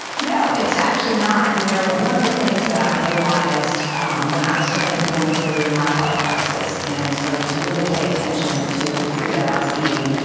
no, it's actually not. you know one of the things that i realized when i started going through my health crisis and started to really pay attention to the food that i was eating,